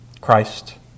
Christ